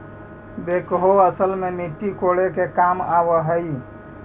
backhoe असल में मट्टी कोड़े के काम आवऽ हई